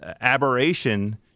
aberration